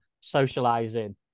Socializing